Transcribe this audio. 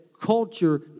culture